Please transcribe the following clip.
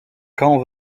quand